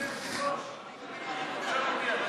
אדוני היושב-ראש,